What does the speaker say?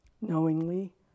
knowingly